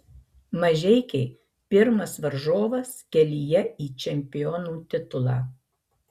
mažeikiai pirmas varžovas kelyje į čempionų titulą